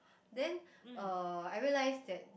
then uh I realized that